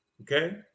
okay